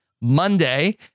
Monday